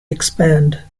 expand